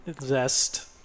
zest